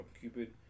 Cupid